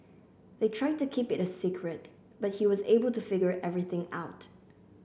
they tried to keep it a secret but he was able to figure everything out